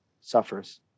suffers